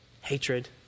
hatred